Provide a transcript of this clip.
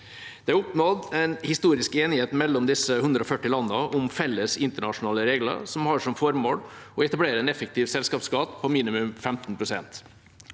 Det er oppnådd en historisk enighet mellom disse 140 landene om felles internasjonale regler som har som formål å etablere en effektiv selskapsskatt på minimum 15